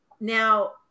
Now